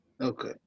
Okay